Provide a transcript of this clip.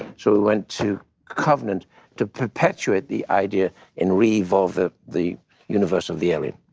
so, we went to covenant to perpetuate the idea and re-evolve the the universe of the area.